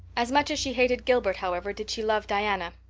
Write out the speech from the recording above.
as much as she hated gilbert, however, did she love diana,